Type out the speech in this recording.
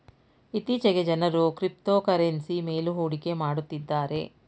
ಇತ್ತೀಚೆಗೆ ಜನರು ಕ್ರಿಪ್ತೋಕರೆನ್ಸಿ ಮೇಲು ಹೂಡಿಕೆ ಮಾಡುತ್ತಿದ್ದಾರೆ